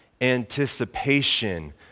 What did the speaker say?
anticipation